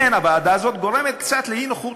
כן, הוועדה הזאת גורמת קצת אי-נוחות.